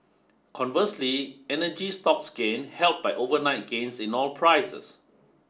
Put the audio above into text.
conversely energy stocks gained helped by overnight gains in oil prices